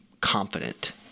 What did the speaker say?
confident